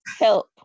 help